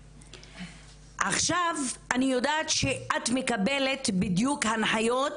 עכשיו אני יודעת שאת מקבלת בדיוק הנחיות